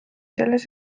selles